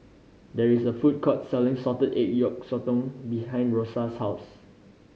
there is a food court selling salted egg yolk sotong behind Rosa's house